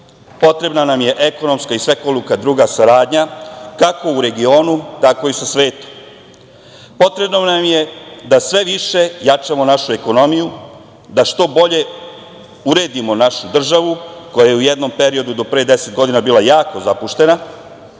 potrena nam je ekonomska i svekolika druga saradnja, kako u regionu tako i sa svetom. Potrebno nam je da sve više jačamo našu ekonomiju, da što bolje uredimo našu državu koja je u jednom periodu do pre deset godina bila jako zapuštena,